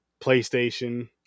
PlayStation